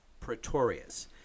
Pretorius